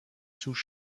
sous